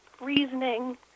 reasoning